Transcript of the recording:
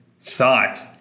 Thought